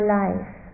life